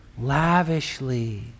lavishly